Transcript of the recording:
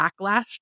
backlash